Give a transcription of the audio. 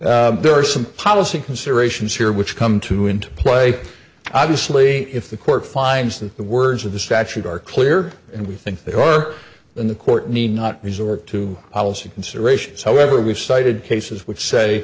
there are some policy considerations here which come to into play obviously if the court finds that the words of the statute are clear and we think they are in the court need not resort to policy considerations however we've cited cases w